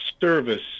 service